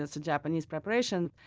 it's a japanese preparation.